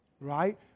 right